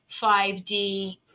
5D